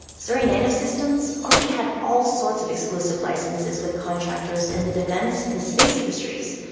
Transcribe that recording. surrey nanosystems already had all sorts of exclusive licenses with contractors in the defense and space industries,